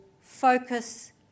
focus